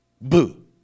Boo